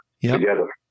together